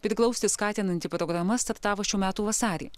priglausti skatinanti programa startavo šių metų vasarį